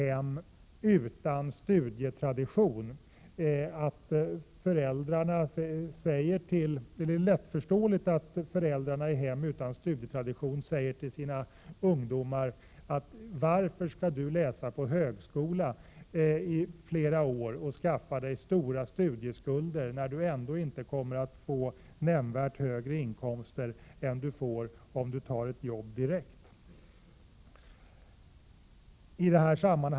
1987/88:130 föräldrar i många hem utan studietradition säger till sina ungdomar: Varför skall du läsa på högskola i flera år och skaffa dig stora studieskulder, när du ändå inte kommer att få nämnvärt högre inkomster än om du tar ett jobb direkt?